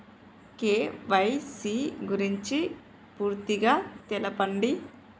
KYC గురించి పూర్తిగా తెలపండి?